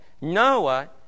Noah